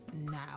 now